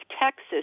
Texas